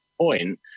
point